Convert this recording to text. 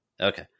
Okay